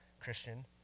Christian